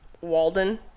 Walden